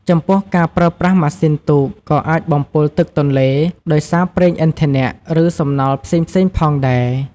ចំពោះការប្រើប្រាស់ម៉ាស៊ីនទូកក៏អាចបំពុលទឹកទន្លេដោយសារប្រេងឥន្ធនៈ ឬសំណល់ផ្សេងៗផងដែរ។